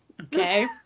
okay